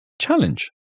challenge